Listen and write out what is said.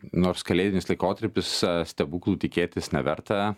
nors kalėdinis laikotarpis stebuklų tikėtis neverta